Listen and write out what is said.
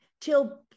till